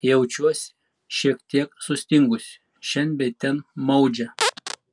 jaučiuosi šiek tiek sustingusi šen bei ten maudžia